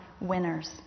winners